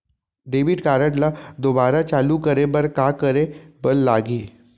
Debit card ला दोबारा चालू करे बर का करे बर लागही?